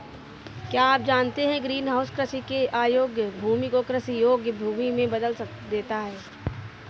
क्या आप जानते है ग्रीनहाउस कृषि के अयोग्य भूमि को कृषि योग्य भूमि में बदल देता है?